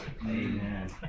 Amen